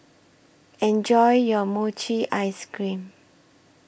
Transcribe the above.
Enjoy your Mochi Ice Cream